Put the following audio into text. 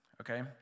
okay